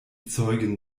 zeugen